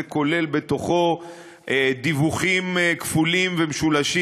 וזה כולל בתוכו דיווחים כפולים ומשולשים,